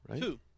Two